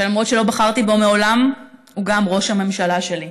שלמרות שלא בחרתי בו מעולם הוא גם ראש ממשלה שלי: